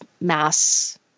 mass